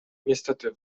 niestety